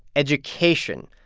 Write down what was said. education.